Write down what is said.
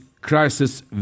crisis